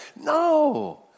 No